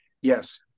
Yes